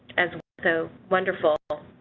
as so wonderful